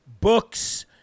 books